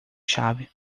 chave